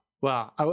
wow